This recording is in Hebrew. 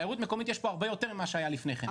תיירות מקומית יש פה הרבה יותר ממה שהיה לפני כן.